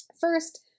First